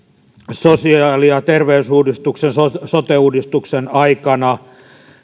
sosiaali ja terveysuudistuksen sote uudistuksen aikana